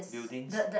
buildings